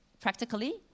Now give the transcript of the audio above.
practically